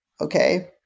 okay